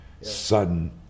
sudden